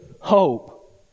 hope